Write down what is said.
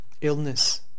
illness